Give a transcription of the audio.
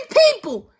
people